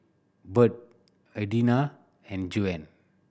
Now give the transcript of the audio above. Bird Adina and Juan